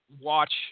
watch